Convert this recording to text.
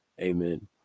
amen